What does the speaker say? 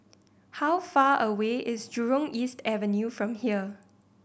how far away is Jurong East Avenue from here